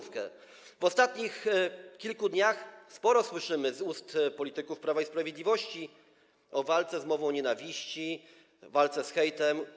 W ostatnich kilku dniach sporo słyszeliśmy z ust polityków Prawa i Sprawiedliwości o walce z mową nienawiści, walce z hejtem.